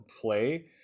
play